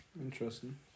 Interesting